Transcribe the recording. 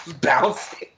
bouncing